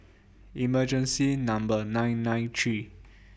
emergency Number nine nine three